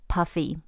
Puffy